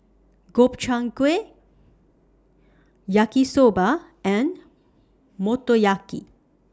Gobchang Gui Yaki Soba and Motoyaki